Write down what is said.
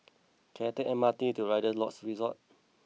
can I take M R T to Rider Lodges Resort